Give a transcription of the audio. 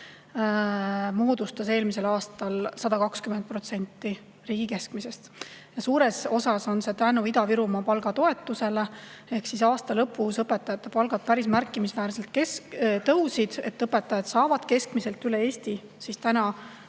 palk eelmisel aastal 120% riigi keskmisest. Suures osas on see tänu Ida-Virumaa palgatoetusele. Seega aasta lõpus õpetajate palgad päris märkimisväärselt tõusid ja õpetajad saavad keskmiselt üle Eesti täna